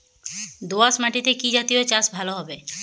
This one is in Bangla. দোয়াশ মাটিতে কি জাতীয় চাষ ভালো হবে?